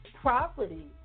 property